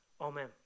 Amen